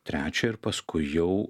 trečią ir paskui jau